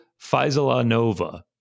Faisalanova